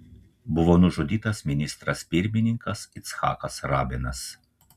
buvo nužudytas ministras pirmininkas icchakas rabinas